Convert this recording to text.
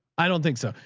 i don't think so.